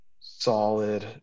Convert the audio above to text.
solid